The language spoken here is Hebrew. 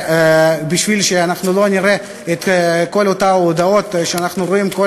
כדי שאנחנו לא נראה את כל אותן הודעות שאנחנו רואים כל